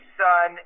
son